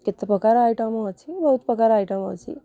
କେତେ ପ୍ରକାର ଆଇଟମ୍ ଅଛି ବହୁତ ପ୍ରକାର ଆଇଟମ୍ ଅଛି